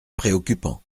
préoccupant